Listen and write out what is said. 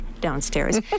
downstairs